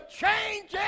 change